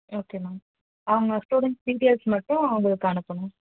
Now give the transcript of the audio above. okay ma'am அவங்க students details மட்டும் உங்களுக்கு அனுப்பணும்